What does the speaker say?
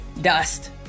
dust